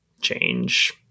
change